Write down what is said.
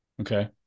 Okay